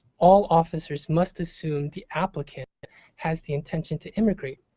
all officers must assume the applicant has the intention to immigrate,